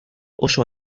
oso